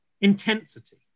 intensity